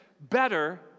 better